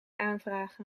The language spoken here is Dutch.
aanvragen